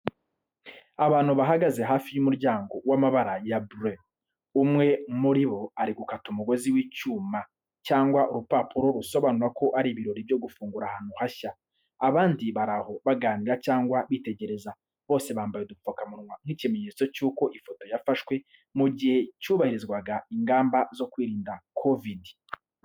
Abantu bahagaze hafi y’umuryango w’amabara ya bleu, umwe muri bo ari gukata umugozi w’icyuma cyangwa urupapuro rusobanura ko ari ibirori byo gufungura ahantu hashya. Abandi bari aho baganira cyangwa bitegereza, bose bambaye udupfukamunwa nk’ikimenyetso cy’uko ifoto yafashwe mu gihe cyubahirizwaga ingamba zo kwirinda kovide.